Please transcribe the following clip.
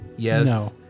Yes